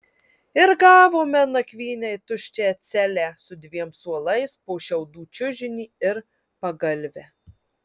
ir gavome nakvynei tuščią celę su dviem suolais po šiaudų čiužinį ir pagalvę